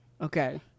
okay